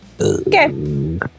Okay